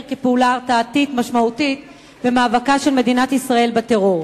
כפעולה הרתעתית משמעותית במאבקה של מדינת ישראל בטרור.